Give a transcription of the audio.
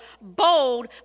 bold